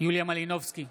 יוליה מלינובסקי,